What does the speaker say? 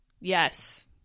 Yes